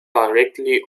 directly